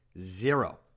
Zero